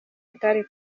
itari